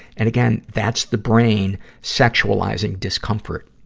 and again, that's the brain sexualizing discomfort.